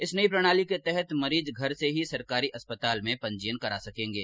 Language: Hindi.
इस नयी प्रणाली के तहत मरीज घर से ही सरकारी अस्पताल में पंजीयन करा सकेंगे